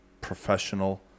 professional